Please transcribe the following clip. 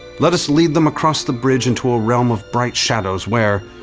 let us lead them across the bridge into a realm of bright shadows where,